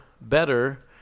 better